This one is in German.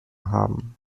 haben